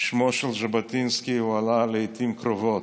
שמו של ז'בוטינסקי הועלה לעיתים קרובות.